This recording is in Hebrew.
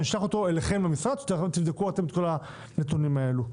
נשלח אותו אליכם למשרד שתבדקו אתם את כל הנתונים האלה.